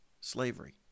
slavery